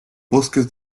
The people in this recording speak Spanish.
bosques